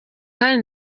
kandi